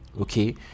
Okay